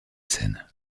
scène